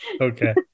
Okay